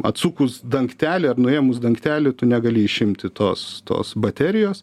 atsukus dangtelį ar nuėmus dangtelį tu negali išimti tos tos baterijos